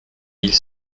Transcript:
mille